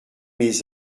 mes